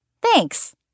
Thanks